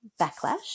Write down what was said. backlash